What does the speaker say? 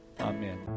Amen